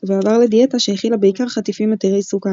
ועבר לדיאטה שהכילה בעיקר חטיפים עתירי סוכר,